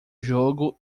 jogo